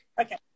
Okay